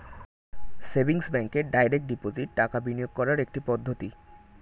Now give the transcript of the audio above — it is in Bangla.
সেভিংস ব্যাঙ্কে ডাইরেক্ট ডিপোজিট টাকা বিনিয়োগ করার একটি পদ্ধতি